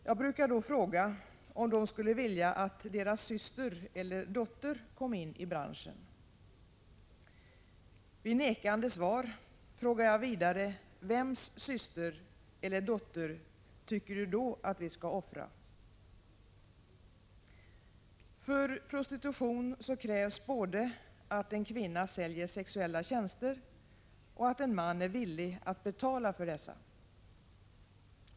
Jag brukar då fråga om de skulle vilja att deras syster eller dotter kom in i branschen. Vid nekande svar frågar jag vidare vems syster eller dotter tycker du då att vi skall offra? För prostitution krävs både att en kvinna säljer sexuella tjänster och att en man är villig att betala för dessa.